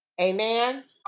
Amen